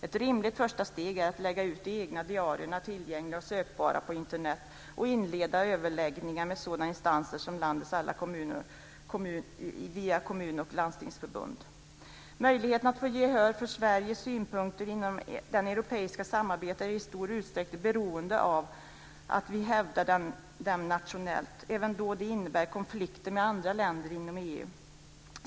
Ett rimligt första steg är att lägga ut de egna diarierna tillgängliga och sökbara på Internet och inleda överläggningar om sådana insatser i landets alla kommuner med kommun och landstingsförbund. Möjligheten att få gehör för Sveriges synpunkter inom det europeiska samarbetet är i stor utsträckning beroende av att vi hävdar dem nationellt även då det innebär konflikter med andra länder inom EU.